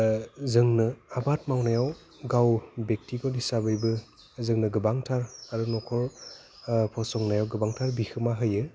जोंनो आबाद मावनायाव गाव ब्याकिगत हिसाबैबो जोंनो गोबांथार आरो न'खर फसंनायाव गोबांथार बिहोमा होयो